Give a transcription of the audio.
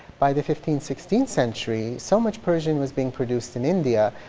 by the fifteenth sixteenth century, so much persian was being produced in india,